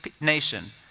nation